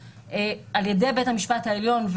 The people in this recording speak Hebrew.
על ידי בית המשפט העליון,